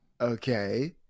Okay